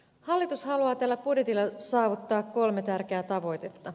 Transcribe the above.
hallitus haluaa tällä budjetilla saavuttaa kolme tärkeää tavoitetta